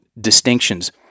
distinctions